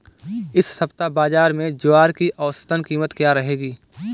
इस सप्ताह बाज़ार में ज्वार की औसतन कीमत क्या रहेगी?